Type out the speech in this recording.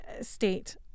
state